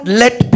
let